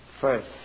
first